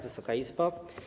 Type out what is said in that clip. Wysoka Izbo!